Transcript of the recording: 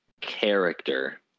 character